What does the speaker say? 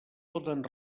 poden